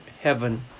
heaven